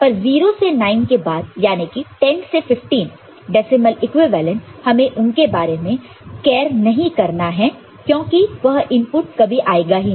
पर 0 से 9 के बाद याने की 10 से 15 डेसिमल इक्विवेलेंट हमें उनके बारे में केयर नहीं करना है क्योंकि वह इनपुट कभी आएगा ही नहीं